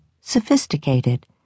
sophisticated